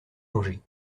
anger